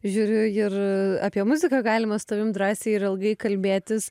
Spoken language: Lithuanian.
žiūriu ir apie muziką galima su tavim drąsiai ir ilgai kalbėtis